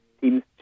seems